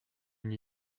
une